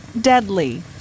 deadly